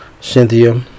Cynthia